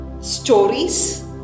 stories